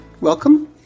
Welcome